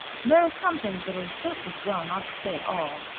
there are some things that it is just as well not to say at all.